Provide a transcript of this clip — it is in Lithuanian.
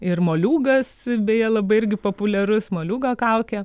ir moliūgas beje labai irgi populiarus moliūgo kaukė